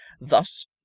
Thus